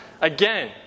again